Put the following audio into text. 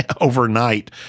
overnight